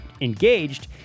engaged